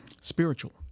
spiritual